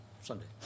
Sunday